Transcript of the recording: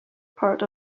part